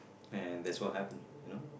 and that's what happened you know